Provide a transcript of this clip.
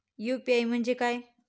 UPI म्हणजे काय?